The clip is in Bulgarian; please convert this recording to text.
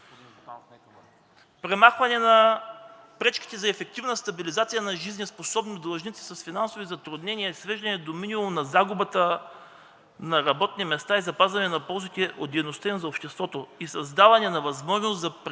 премахване на пречките за ефективна стабилизация на жизнеспособни длъжници с финансови затруднения; свеждане до минимум на загубата на работни места и запазване на ползите от дейността им за обществото и създаване на възможности за предприемачите